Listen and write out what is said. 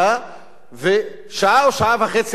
ושעה או שעה וחצי לאחר מכן הוא מקיים